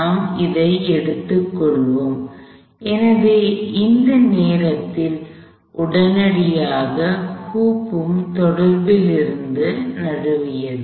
நாம் இதை எடுத்து கொள்வோம் எனவே இந்த நேரத்தில் உடனடியாக ஹுப்ம் தொடர்பிலிருந்து நழுவியது